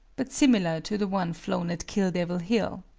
but similar to the one flown at kill devil hill.